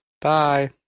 Bye